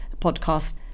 podcast